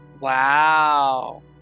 Wow